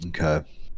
okay